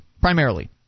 primarily